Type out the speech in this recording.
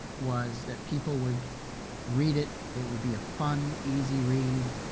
was that people would read it. it would be a fun, easy read.